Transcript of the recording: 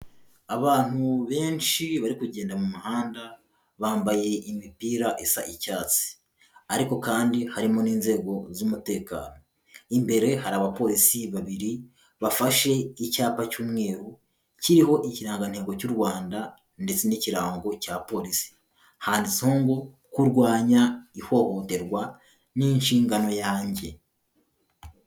Abantu benshi bari kugenda mu muhanda bambaye imipira isa icyatsi ariko kandi harimo n'inzego z'umutekano, imbere hari abapolisi babiri bafashe icyapa cy'umweru kiriho ikirangantego cy'u Rwanda ndetse n'ikirango cya polisi, handitseho ngo kurwanya ihohoterwa ni inshingano yanjye.